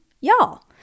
y'all